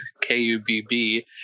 K-U-B-B